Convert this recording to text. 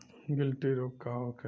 गिल्टी रोग का होखे?